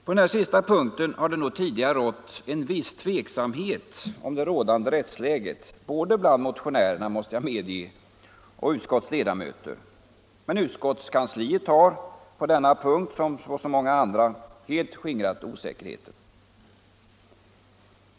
På den här sista punkten har det nog tidigare förekommit en viss tveksamhet om det rådande rättsläget, både bland motionärerna, måste jag medge, och bland utskottets ledamöter. Men utskottskansliet har på denna punkt — som på så många andra — helt skingrat osäkerheten.